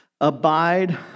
abide